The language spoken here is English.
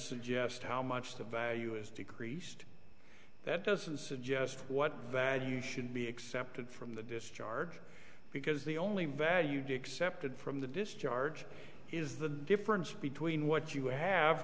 suggest how much the value is decreased that doesn't suggest what value should be accepted from the discharge because the only value to accepted from the discharge is the difference between what you have